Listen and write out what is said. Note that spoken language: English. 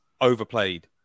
overplayed